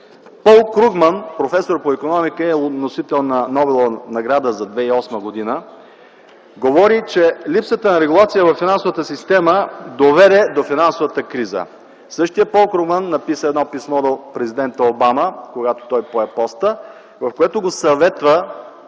Пол Кругман – професор по икономика и носител на Нобеловата награда за 2008 г., говори, че липсата на регулация във финансовата система е довела до финансовата криза. Същият Кругман написа писмо до президента Обама, когато същият пое поста, в което го съветва